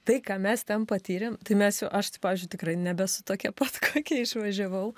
tai ką mes ten patyrėm tai mes jau aš tai pavyzdžiui tikrai nebesu tokia pat kokia išvažiavau